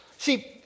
See